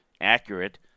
accurate